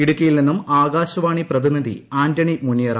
ഇടുക്കിയിൽ നിന്നും ആകാശവാണി പ്രതിനിധി ആന്റണി മുനിയറ